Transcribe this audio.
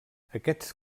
aquests